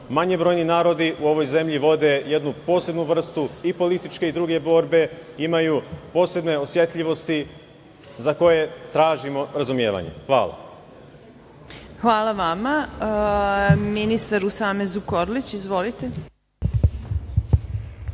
manje brojni narodi u ovoj zemlji vode jednu posebnu vrstu i političke i druge borbe, imaju posebne osetljivosti za koje tražimo razumevanje. Hvala. **Marina Raguš** Hvala vama. Reč ima ministar Usame Zukorlić. Izvolite.